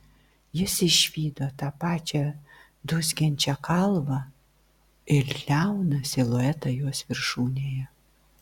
jis išvydo tą pačią dūzgiančią kalvą ir liauną siluetą jos viršūnėje